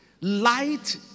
Light